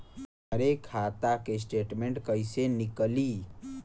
हमरे खाता के स्टेटमेंट कइसे निकली?